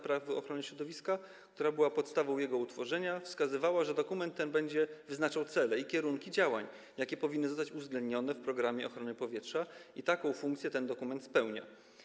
Prawo ochrony środowiska, która była podstawą utworzenia tego programu, wskazywały, że dokument ten będzie wyznaczał cele i kierunki działań, jakie powinny zostać uwzględnione w programie ochrony powietrza, i taką funkcję ten dokument spełnia.